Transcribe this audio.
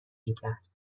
میکرد